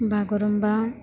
Bagurumba